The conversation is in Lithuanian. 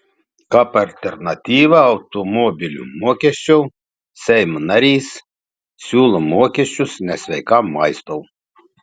kaip alternatyvą automobilių mokesčiui seimo narys siūlo mokesčius nesveikam maistui